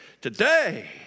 today